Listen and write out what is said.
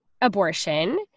abortion